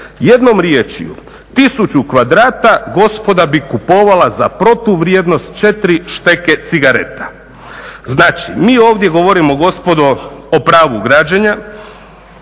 Jednom riječju 1000 kvadrata gospoda bi kupovala za protuvrijednost 4 šteke cigareta. Znači, mi ovdje govorimo gospodo o pravu građenja